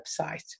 website